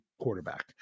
quarterback